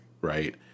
right